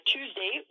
Tuesday